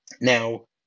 Now